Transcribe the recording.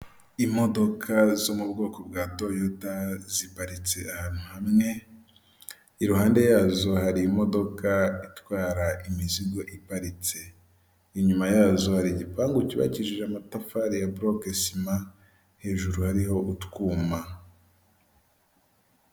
Imodoka zo mu bwoko bwa Toyota ziparitse ahantu hamwe; iruhande yazo hari imodoka itwara imizigo iparitse, inyuma yazo hari igipangu cyubakishije amatafari ya buroke sima, hejuru hariho utwuma.